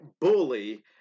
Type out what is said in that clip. bully